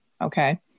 Okay